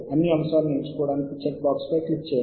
pop అప్ను తెరవడానికి upload link పై నొక్కండి